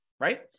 right